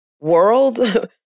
world